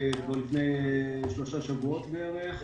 כבר לפני שלושה שבועות בערך.